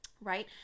right